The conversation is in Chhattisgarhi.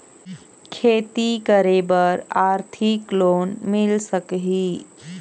खेती करे बर आरथिक लोन मिल सकही?